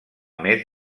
més